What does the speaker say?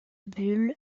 bull